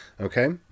Okay